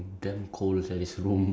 this two hour